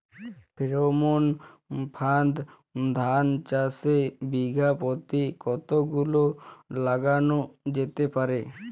Pheromone ফাঁদ ধান চাষে বিঘা পতি কতগুলো লাগানো যেতে পারে?